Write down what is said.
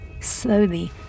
Slowly